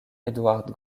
edward